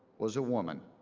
was a woman.